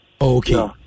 Okay